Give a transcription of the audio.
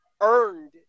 earned